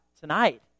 tonight